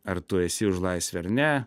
ar tu esi už laisvę ar ne